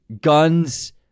guns